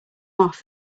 off